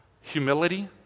Humility